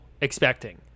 expecting